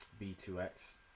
b2x